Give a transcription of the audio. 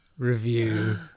review